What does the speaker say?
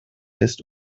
ist